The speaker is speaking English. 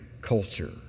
culture